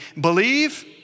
Believe